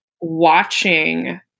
watching